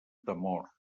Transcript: temor